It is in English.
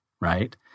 right